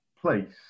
place